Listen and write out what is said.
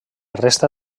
resta